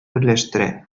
берләштерә